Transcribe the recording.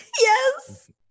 Yes